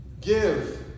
give